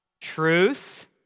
Truth